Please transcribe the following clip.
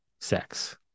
sex